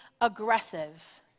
aggressive